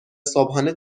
صبحانه